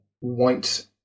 white